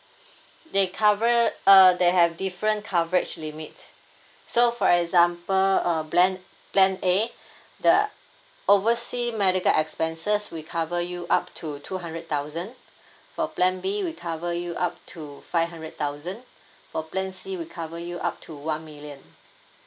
they cover uh they have different coverage limit so for example uh plan A the oversea medical expenses we cover you up to two hundred thousand for plan B we cover you up to five hundred thousand for plan C we cover you up to one million